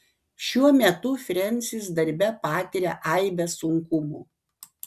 šiuo metu frensis darbe patiria aibę sunkumų